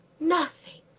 nothing,